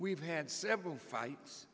we've had several fights